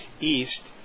east